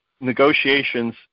negotiations